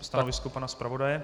Stanovisko pana zpravodaje?